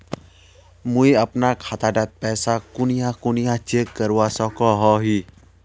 मुई अपना खाता डात पैसा कुनियाँ कुनियाँ चेक करवा सकोहो ही?